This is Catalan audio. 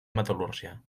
metal·lúrgia